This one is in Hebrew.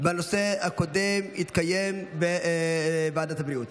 בנושא הקודם יתקיים בוועדת הבריאות.